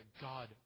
God